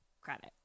Credit